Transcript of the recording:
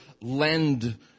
lend